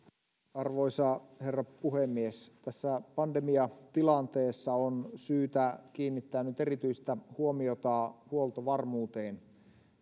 arvoisa herra puhemies tässä pandemiatilanteessa on syytä kiinnittää nyt erityistä huomiota huoltovarmuuteen